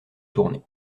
tournée